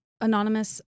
anonymous